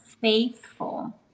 faithful